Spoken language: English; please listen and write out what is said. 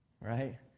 right